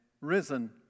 risen